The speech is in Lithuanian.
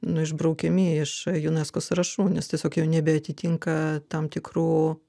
nu išbraukiami iš unesco sąrašų nes tiesiog jau nebeatitinka tam tikrų